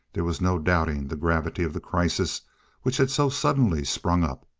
there was no doubting the gravity of the crisis which had so suddenly sprung up.